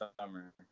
summer